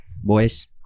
boys